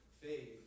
faith